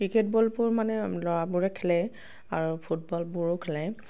cricket বলবোৰ মানে ল'ৰাবোৰে খেলে আৰু ফুটবলবোৰো খেলে